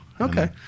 Okay